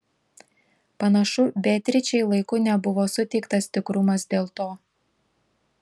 panašu beatričei laiku nebuvo suteiktas tikrumas dėl to